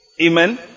Amen